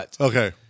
Okay